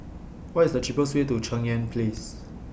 What IS The cheapest Way to Cheng Yan Place